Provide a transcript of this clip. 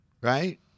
Right